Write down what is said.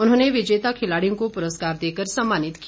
उन्होंने विजेता खिलाड़ियों को पुरस्कार देकर सम्मानित किया